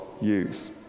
use